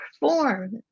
perform